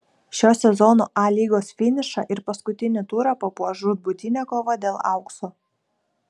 šio sezono a lygos finišą ir paskutinį turą papuoš žūtbūtinė kova dėl aukso